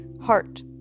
heart